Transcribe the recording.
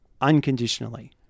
unconditionally